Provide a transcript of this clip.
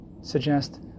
suggest